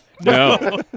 No